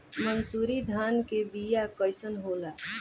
मनसुरी धान के बिया कईसन होला?